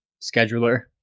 scheduler